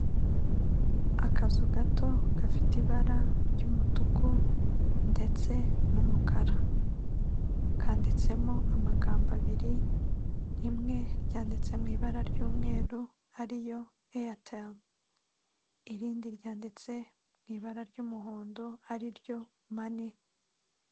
Akazu gato gafite ibara ry'umutuku ndetse n'umukara. Kanditsemo amagambo abiri rimwe ryanditse mu ibara ry'umweru ariyo ayateri irindi ryanditse mu ibara ry'umuhondo ari ryo mani.